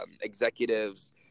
executives